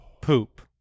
poop